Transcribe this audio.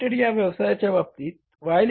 Ltd या व्यवसायाच्या बाबतीत Y